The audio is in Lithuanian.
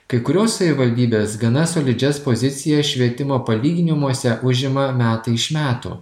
kai kurios savivaldybės gana solidžias pozicijas švietimo palyginimuose užima metai iš metų